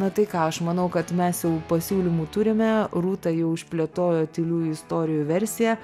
na tai ką aš manau kad mes jau pasiūlymų turime rūta jau išplėtojo tyliųjų istorijų versiją